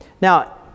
Now